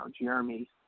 Jeremy